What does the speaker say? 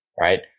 right